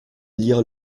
lire